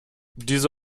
diese